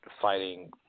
fighting